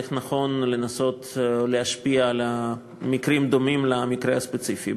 איך נכון לנסות להשפיע במקרים דומים למקרה הספציפי.